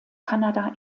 kanada